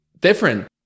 different